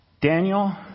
Daniel